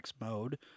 mode